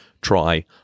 try